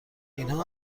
اینها